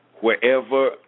wherever